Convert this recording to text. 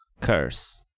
curse